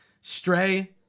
Stray